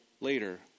Later